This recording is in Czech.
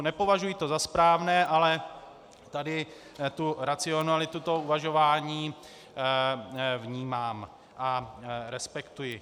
Nepovažuji to za správné, ale tady racionalitu toho uvažování vnímám a respektuji.